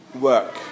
work